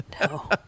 No